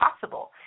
possible